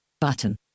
Button